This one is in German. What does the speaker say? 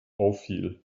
auffiel